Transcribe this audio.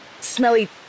smelly